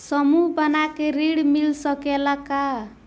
समूह बना के ऋण मिल सकेला का?